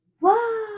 Wow